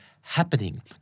happening